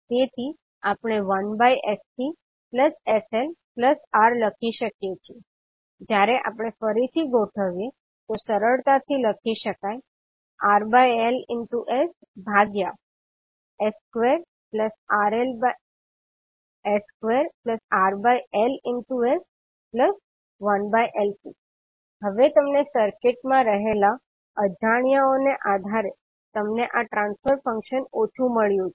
તેથી આપણે 1sCsLR લખી શકીએ જયારે આપણે ફરીથી ગોઠવીએ તો સરળતાથી લખી શકાય RLss2RLs1LC હવે તમને સર્કિટમાં રહેલા અજાણ્યો ના આધારે તમને આ ટ્રાન્સફર ફંક્શન ઓછું મળ્યું છે